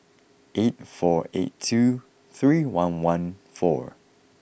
eight four eight two three one one four